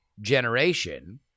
generation